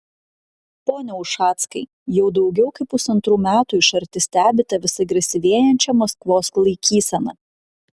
pone ušackai jau daugiau kaip pusantrų metų iš arti stebite vis agresyvėjančią maskvos laikyseną